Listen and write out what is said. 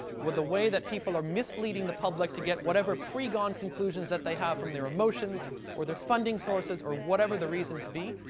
with the way that people are misleading the public to get whatever pre-gone conclusions that they have from their emotions or their funding sources or whatever the reason to be,